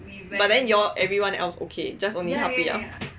but you all everyone else okay just only 他不要